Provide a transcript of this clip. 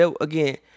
Again